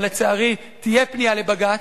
אבל לצערי תהיה פנייה לבג"ץ,